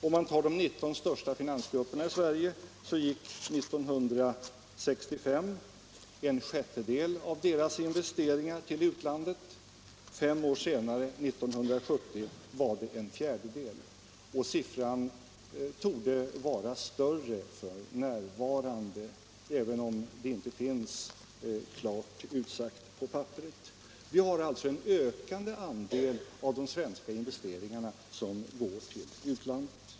Om man tar de 19 största finansgrupperna i Sverige, så gick 1965 en sjättedel av deras investeringar till utlandet. Fem år senare — 1970 — var det en fjärdedel. Siffran torde vara större f.n., även om det inte finns klart utsagt på papper. En ökande andel av de svenska investeringarna går alltså till utlandet.